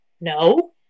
no